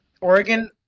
Oregon